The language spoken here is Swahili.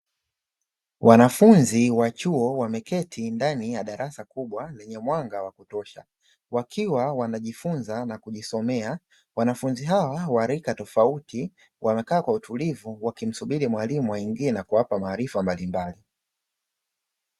Wanafunzi wa chuo wameketi ndani ya darasa kubwa lenye mwanga wa kutosha, wakiwa wanajifunza na kujisomea. Wanafunzi hao wa rika tofauti wamekaa kwa utulivu wakimsubiri mwalimu aingie na kuwapa maarifa mbalimbali.